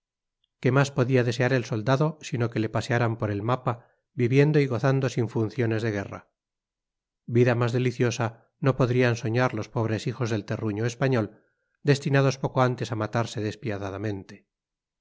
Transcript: qué más podía desear el soldado sino que le pasearan por el mapa viviendo y gozando sin funciones de guerra vida más deliciosa no podrían soñar los pobres hijos del terruño español destinados poco antes a matarse despiadadamente